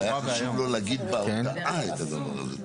אבל היה חשוב לו להגיד בהודעה את הדבר הזה,